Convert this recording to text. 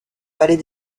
vallée